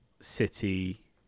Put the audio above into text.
City